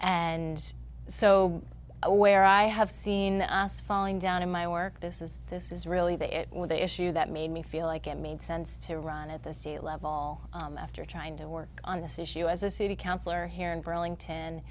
and so where i have seen us falling down in my work this is this is really the it were the issue that made me feel like it made sense to run at the state level after trying to work on this issue as a city councilor here in burlington